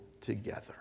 together